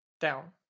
down